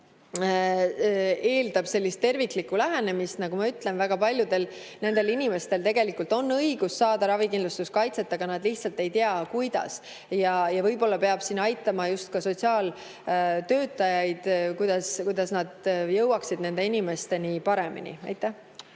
eeldab sellist terviklikku lähenemist. Nagu ma ütlen, väga paljudel nendel inimestel on õigus saada ravikindlustuskaitset, aga nad lihtsalt ei tea, kuidas. Võib-olla peab siin aitama just sotsiaaltöötajaid, kuidas nad jõuaksid paremini nende inimesteni. Jaa, aitäh!